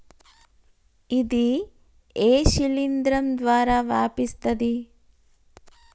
ఇది ఏ శిలింద్రం ద్వారా వ్యాపిస్తది?